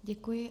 Děkuji.